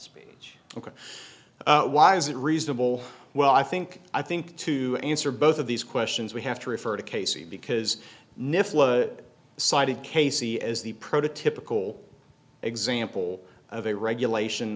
speech ok why is it reasonable well i think i think to answer both of these questions we have to refer to casey because nif cited casey as the prototypical example of a regulation